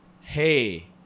Hey